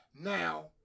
Now